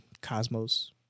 cosmos